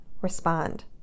respond